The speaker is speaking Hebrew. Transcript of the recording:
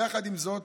יחד עם זאת,